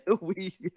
We-